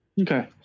Okay